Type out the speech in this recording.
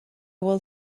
will